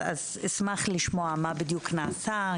אשמח לשמוע מה בדיוק נעשה,